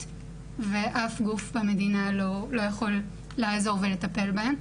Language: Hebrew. ואף גוף במדינה לא יכול לעזור ולטפל בהן,